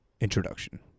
introduction